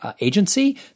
agency